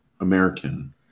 American